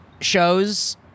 shows